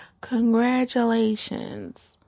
Congratulations